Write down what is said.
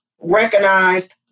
recognized